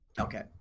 okay